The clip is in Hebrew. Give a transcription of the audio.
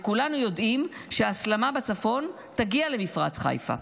וכולנו יודעים שהסלמה בצפון תגיע למפרץ חיפה.